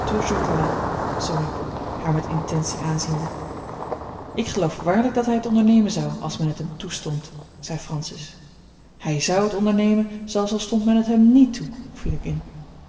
zong ik haar met intentie aanziende ik geloof waarlijk dat hij het ondernemen zou als men het hem toestond zei francis hij zou het ondernemen zelfs al stond men het hem niet toe viel ik in